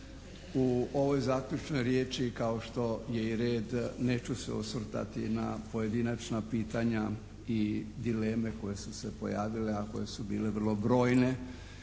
U ovoj zaključnoj riječi kao što je i red neću se osvrtati na pojedinačna pitanja i dileme koje su se pojavile, a koje su bile vrlo brojne